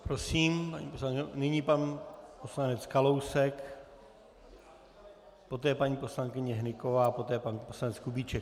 Prosím, nyní pan poslanec Kalousek, poté paní poslankyně Hnyková a poté pan poslanec Kubíček.